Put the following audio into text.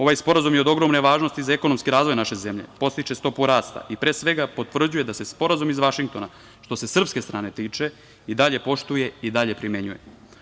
Ovaj sporazum je ogromne važnosti za ekonomski razvoj naše zemlje, podstiče stopu rasta i potvrđuje da se Sporazum iz Vašingtona, što se srpske strane tiče, i dalje poštuje i dalje primenjuje.